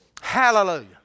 Hallelujah